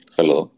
Hello